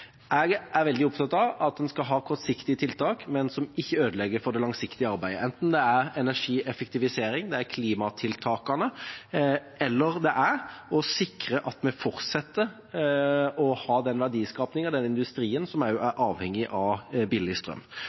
Jeg er veldig opptatt av at en skal ha kortsiktige tiltak, men at de ikke ødelegger for det langsiktige arbeidet, enten det er energieffektivisering, klimatiltak eller å sikre at vi fortsetter å ha den verdiskapingen og den industrien som er avhengig av billig strøm.